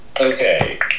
Okay